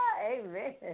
Amen